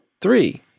Three